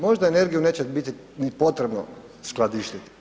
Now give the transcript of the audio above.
Možda energiju neće biti ni potrebno skladištiti.